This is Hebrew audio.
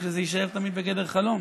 רק שזה יישאר תמיד בגדר חלום.